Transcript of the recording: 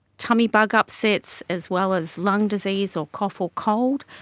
tummy bug upsets as well as lung disease or cough or cold.